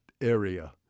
area